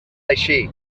així